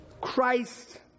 Christ